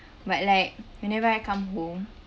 but like whenever I come home